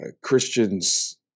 Christians